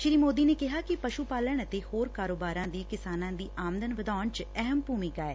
ਸ੍ਰੀ ਮੋਦੀ ਨੇ ਕਿਹਾ ਕਿ ਪਸੂ ਪਾਲਣ ਅਤੇ ਹੋਰ ਕਾਰੋਬਾਰਾਂ ਦੀ ਕਿਸਾਨਾਂ ਦੀ ਆਮਦਨ ਵਧਾਉਣ ਚ ਅਹਿਮ ਭੂਮਿਕਾ ਐ